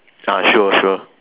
uh sure sure